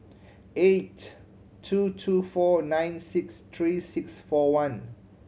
eight two two four nine six three six four one